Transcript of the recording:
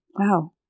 Wow